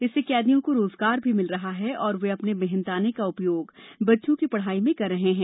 इससे कैदियों को रोजगार भी मिल रहा है और वे अपने मेहनताने का उपयोग बच्चों की पढ़ाई में कर रहे है